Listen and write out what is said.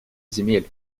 земель